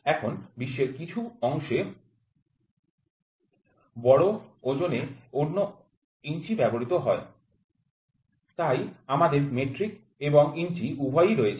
এখনো বিশ্বের কিছু অংশে বড় ওজনে জন্য ইঞ্চি ব্যবহৃত হয় তাই আমাদের মেট্রিক এবং ইঞ্চি উভয়ই রয়েছে